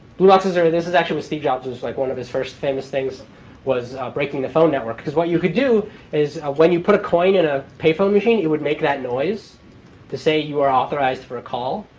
blue boxes are, this was actually what steve jobs' like one of his first famous things was breaking the phone network. because what you could do is, when you put a coin in a payphone machine, it would make that noise to say you are authorized for a call.